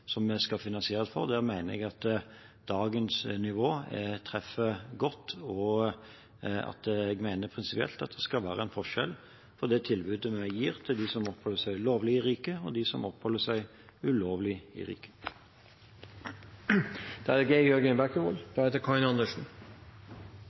som vi skal finansiere, mener jeg at dagens nivå treffer godt. Og jeg mener prinsipielt at det skal være en forskjell på det tilbudet vi gir til dem som oppholder seg lovlig i riket, og til dem som oppholder seg ulovlig i riket.